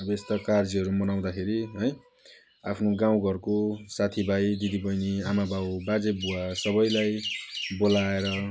अब यस्ता कार्यहरू मनाउँदाखेरि है आफ्नो गाउँघरको साथीभाइ दिदीबहिनी आमाबाउ बाजेबुवा सबैलाई बोलाएर